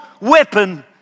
weapon